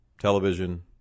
television